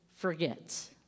forgets